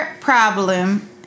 problem